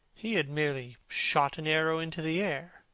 he had merely shot an arrow into the air.